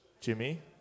Jimmy